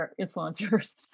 influencers